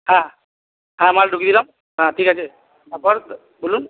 হ্যাঁ হ্যাঁ মাল ঢুকিয়ে দিলাম হ্যাঁ ঠিক আছে তারপর বলুন